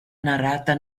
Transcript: narrata